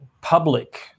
public